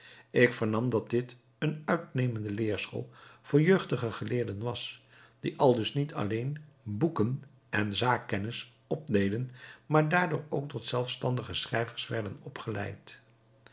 ik vernam dat dit een uitnemende leerschool voor jeugdige geleerden was die aldus niet alleen boekenen zaakkennis opdeden maar daardoor ook tot zelfstandige schrijvers werden opgeleid